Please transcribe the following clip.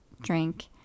drink